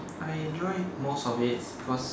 I enjoyed most of it cause